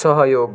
सहयोग